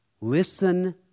Listen